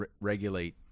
regulate